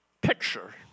picture